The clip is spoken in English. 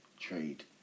trade